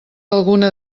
alguna